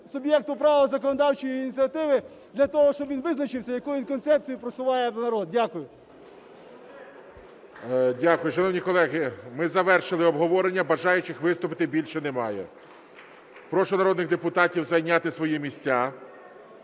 суб'єкту права законодавчої ініціативи для того, щоб він визначився, яку він концепцію просуває в народ. Дякую. ГОЛОВУЮЧИЙ. Дякую. Шановні колеги, ми завершили обговорення, бажаючих виступити більше немає. Прошу народних депутатів зайняти свої місця.